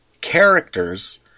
characters